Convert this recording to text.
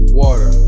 water